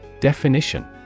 Definition